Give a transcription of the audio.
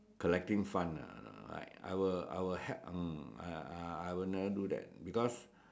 collecting fund ah like I will I will help mm I will never do that because